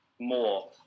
more